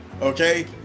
Okay